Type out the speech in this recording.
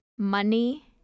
Money